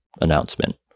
announcement